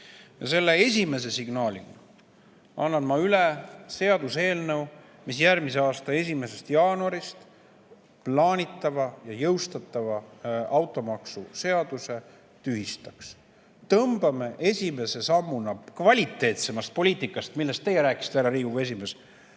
Ja selle esimese signaalina annan ma üle seaduseelnõu, mis järgmise aasta 1. jaanuarist jõustuma plaanitava automaksu seaduse tühistaks. Tõmbame esimese sammuna kvaliteetsemas poliitikas, millest teie rääkisite, härra Riigikogu esimees,